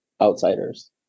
outsiders